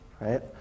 right